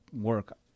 work